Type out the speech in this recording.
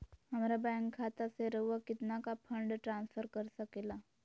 हमरा बैंक खाता से रहुआ कितना का फंड ट्रांसफर कर सके ला?